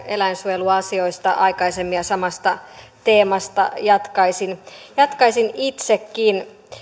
eläinsuojeluasioista aikaisemmin ja samasta teemasta jatkaisin jatkaisin itsekin